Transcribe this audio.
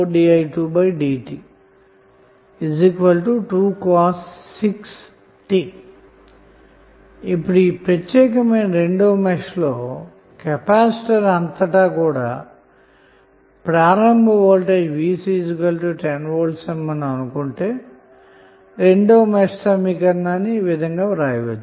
png ఇప్పుడు ఈ ప్రత్యేకమైన రెండవ మెష్లో కెపాసిటర్ అంతటా కూడా ప్రారంభ వోల్టేజ్ V ఉందనుకొంటె రెండవ మెష్ సమీకరణం ఈ విధంగా వ్రాయవచ్చు